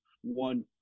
one